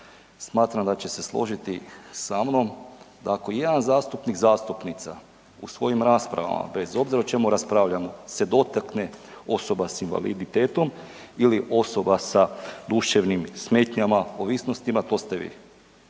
smatram da će se složiti sa mnom da ako ijedan zastupnik, zastupnica u svojim raspravama bez obzira o čemu raspravljamo se dotakne osoba s invaliditetom ili osoba sa duševnim smetnjama to ste vi.